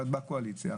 את בקואליציה,